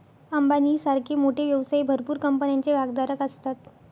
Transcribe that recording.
अंबानी सारखे मोठे व्यवसायी भरपूर कंपन्यांचे भागधारक असतात